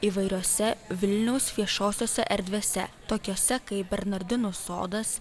įvairiose vilniaus viešosiose erdvėse tokiose kaip bernardinų sodas